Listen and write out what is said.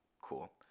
cool